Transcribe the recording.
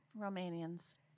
Romanians